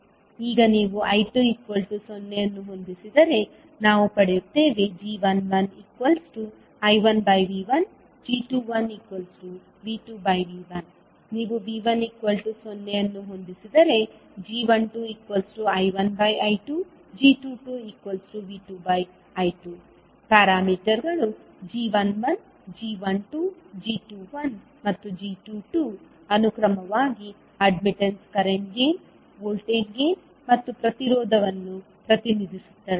ಈಗ ನೀವು I2 0 ಅನ್ನು ಹೊಂದಿಸಿದರೆ ನಾವು ಪಡೆಯುತ್ತೇವೆ g11I1V1g21V2V1 ನೀವು V1 0 ಅನ್ನು ಹೊಂದಿಸಿದರೆ g12I1I2g22V2I2 ಪ್ಯಾರಾಮೀಟರ್ಗಳು g11 g12 g21ಮತ್ತು g22 ಅನುಕ್ರಮವಾಗಿ admittance current gain voltage gain ಮತ್ತು ಪ್ರತಿರೋಧವನ್ನು ಪ್ರತಿನಿಧಿಸುತ್ತವೆ